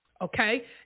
Okay